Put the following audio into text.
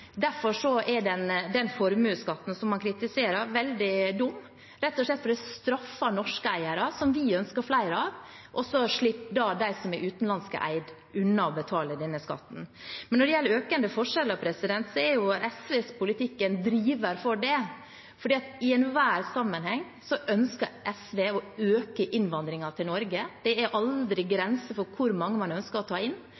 Derfor er formuesskatten, som man kritiserer, veldig dum, rett og slett fordi det straffer norske eiere, som vi ønsker flere av, og så slipper de som er utenlandskeid, unna å betale denne skatten. Når det gjelder økende forskjeller, er jo SVs politikk en driver for det, for i enhver sammenheng ønsker SV å øke innvandringen til Norge. Det er aldri grenser for hvor mange man ønsker å ta inn.